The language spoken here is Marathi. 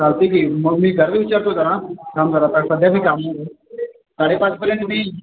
चालते की मग मी घरात विचारतो जरा थांंब जरा काय सध्या मी कामात आहे साडे पाचपर्यंत मी